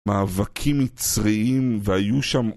מאבקים יצריים, והיו שם...